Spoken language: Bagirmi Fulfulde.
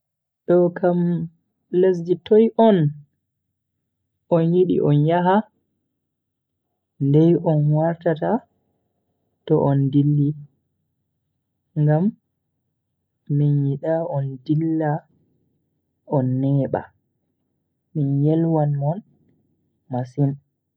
Dokam lesdi toi on yidi on yaha? Ndai on wartata to on dilli? Ngam min yida on dilla on neba, min yelwan mon masin.